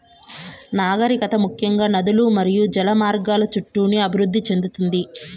నాగరికత ముఖ్యంగా నదులు మరియు జల మార్గాల చుట్టూనే అభివృద్ది చెందింది